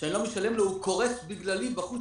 וכשאני לא משלם לו הוא קורס בגללי בחוץ,